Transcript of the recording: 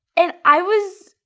and i was.